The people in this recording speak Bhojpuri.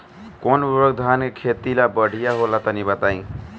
कौन उर्वरक धान के खेती ला बढ़िया होला तनी बताई?